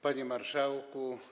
Panie Marszałku!